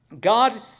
God